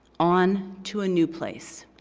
on to a new place,